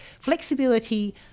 flexibility